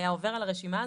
היה עובר על הרשימה הזאת,